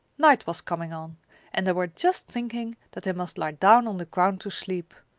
night was coming on and they were just thinking that they must lie down on the ground to sleep,